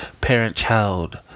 parent-child